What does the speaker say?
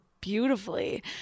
beautifully